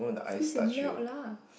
freeze will melt lah